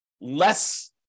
less